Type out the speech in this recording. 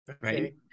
right